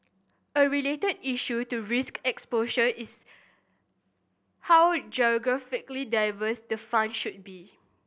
a related issue to risk exposure is how geographically diversified the fund should be